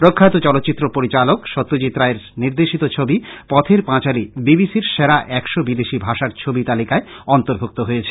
প্রখ্যাত চলচিত্র পরিচালক সত্যজিৎ রায়ের নির্দেশিত ছবি Pather Panchali B B C র সেরা একশ বিদেশি ভাষার ছবির তালিকায় অর্ন্তভুক্ত হয়েছে